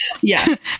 Yes